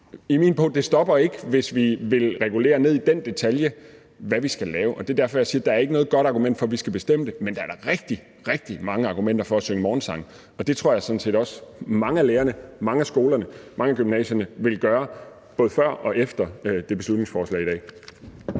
Altså, det stopper ikke, hvis vi vil regulere helt ned i detaljen, hvad vi skal lave. Og det er derfor, jeg siger, at der ikke er noget godt argument for, at vi skal bestemme det, men der er da rigtig, rigtig mange gode argumenter for at synge morgensang, og det tror jeg sådan set også mange af lærerne, mange af skolerne, mange af gymnasierne vil gøre, både før og efter det beslutningsforslag i dag.